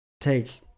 take